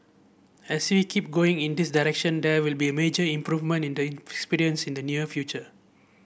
as we keep going in this direction there will be a major improvement in the experience in the near future